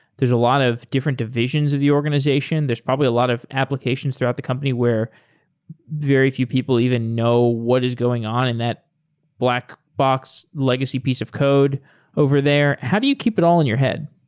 a lot of different divisions of the organization. there're probably a lot of applications throughout the company where very few people even know what is going on in that black box legacy piece of code over there. how do you keep it all in your head?